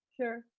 Sure